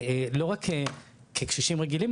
ולא רק כקשישים רגילים,